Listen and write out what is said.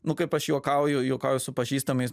nu kaip aš juokauju juokauju su pažįstamais